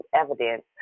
evidence